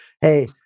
Hey